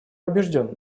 убежден